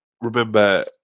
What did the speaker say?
Remember